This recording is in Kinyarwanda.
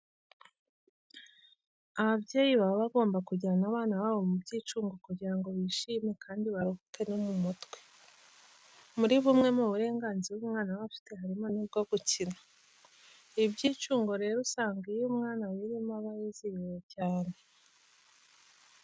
Ababyeyi baba bagomba kujyana abana babo mu byicungo kugira ngo bishime kandi baruhuke no mu mutwe. Muri bumwe mu burenganzira umwana aba afite harimo n'ubwo gukina. Ibi byicungo rero usanga iyo umwana abirimo aba yizihiwe cyane.